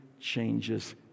changes